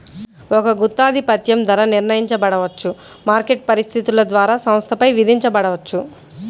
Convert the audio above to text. ఒక గుత్తాధిపత్యం ధర నిర్ణయించబడవచ్చు, మార్కెట్ పరిస్థితుల ద్వారా సంస్థపై విధించబడవచ్చు